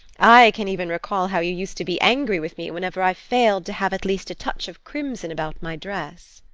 i can even recall how you used to be angry with me whenever i failed to have at least a touch of crimson about my dress.